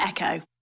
Echo